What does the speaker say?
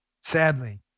Sadly